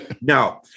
no